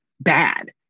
bad